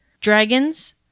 dragons